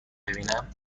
ببینم